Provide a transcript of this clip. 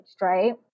right